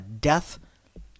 Death